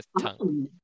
tongue